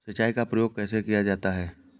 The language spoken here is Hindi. सिंचाई का प्रयोग कैसे किया जाता है?